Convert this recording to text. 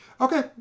Okay